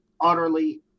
utterly